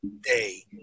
day